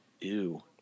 Ew